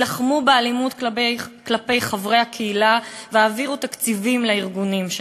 הילחמו באלימות כלפי חברי הקהילה והעבירו תקציבים לארגונים שלה.